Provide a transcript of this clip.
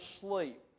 sleep